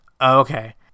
Okay